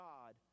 God